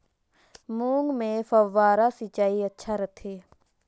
मूंग मे फव्वारा सिंचाई अच्छा रथे?